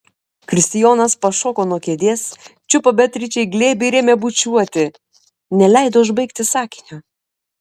kristijonas pašoko nuo kėdės čiupo beatričę į glėbį ir ėmė bučiuoti neleido užbaigti sakinio